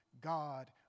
God